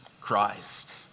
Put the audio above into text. Christ